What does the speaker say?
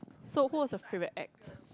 so who was your favourite act